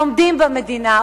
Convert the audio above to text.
לומדים במדינה,